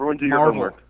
marvel